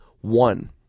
one